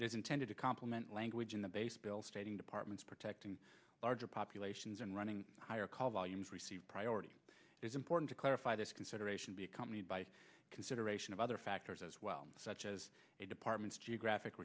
is intended to compliment language in the base bill stating departments protecting larger populations and running higher call volumes receive priority is important to clarify this consideration be accompanied by consideration of other factors as well such as the department's geographic